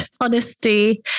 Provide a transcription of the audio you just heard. honesty